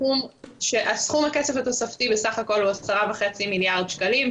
סכום הכסף התוספתי הוא בסך הכול 10.5 מיליארד שקלים.